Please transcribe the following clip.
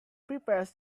prepares